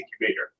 incubator